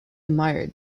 admired